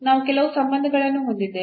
ನಾವು ಕೆಲವು ಸಂಬಂಧಗಳನ್ನು ಹೊಂದಿದ್ದೇವೆ